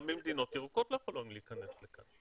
גם ממדינות ירוקות לא יכולים להיכנס לכאן.